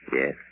Yes